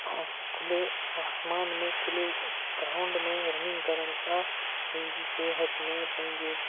खुले आसमान में खुले ग्राउंड में रनिंग करण सां पंहिंजी सिहत में पंहिंजे